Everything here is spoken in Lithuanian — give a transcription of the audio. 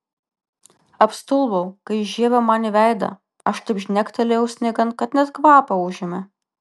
apstulbau kai jis žiebė man į veidą aš taip žnektelėjau sniegan kad net kvapą užėmė